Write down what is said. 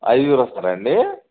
ఐదుగురొస్తారా అండి